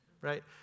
Right